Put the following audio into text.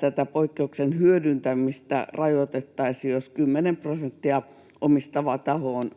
Tätä poikkeuksen hyödyntämistä rajoitettaisiin, jos 10 prosenttia omistava taho on